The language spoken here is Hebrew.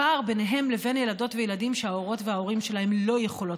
הפער ביניהם לבין ילדות וילדים שההורות וההורים שלהם לא יכולות